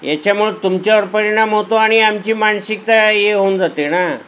याच्यामुळं तुमच्यावर परिणाम होतो आणि आमची मानसिकता ये होऊन जाते ना